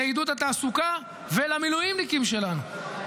לעידוד התעסוקה, ולמילואימניקים שלנו.